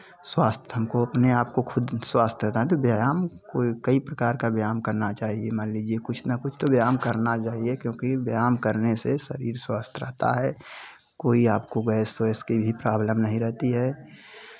स्वस्थ हमको अपने आपको खुद स्वस्थ रहता है तो व्यायाम कोई कई प्रकार का व्यायाम करना चाहिए मान लीजिए कुछ ना कुछ तो व्यायाम करना चाहिए क्योंकि व्यायाम करने से शरीर स्वस्थ रहता है कोई आपको गैस वैस की भी प्रॉब्लम नहीं रहती है